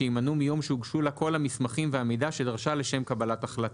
שיימנו מיום שהוגשו לה כל המסמכים והמידע שדרשה לשם קבלת החלטה: